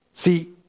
See